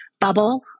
bubble